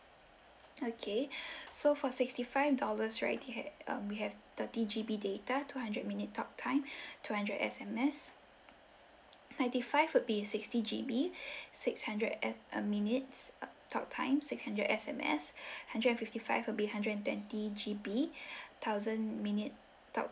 okay so for sixty five dollars right we had um we have thirty G_B data two hundred minute talk time two hundred S_M_S ninety five would be sixty G_B six hundred uh uh minutes uh talk time six hundred S_M_S hundred and fifty five would be hundred and twenty G_B thousand minute talk